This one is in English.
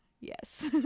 yes